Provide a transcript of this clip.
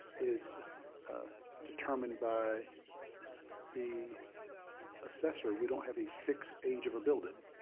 is determined by the assessor. we don't have a fixed age of a building.